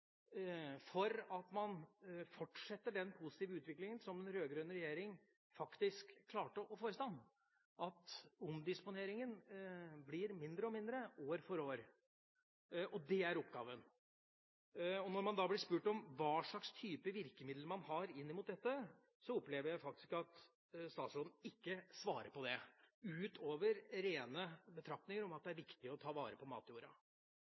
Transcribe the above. for at man fortsetter den positive utviklinga som den rød-grønne regjeringa faktisk klarte å få i stand, at omdisponeringa blir mindre og mindre år for år. Det er oppgaven, og når man da blir spurt om hva slags type virkemiddel man har inn mot dette, opplever jeg at statsråden ikke svarer på det, utover rene betraktninger om at det er viktig å ta vare på matjorda.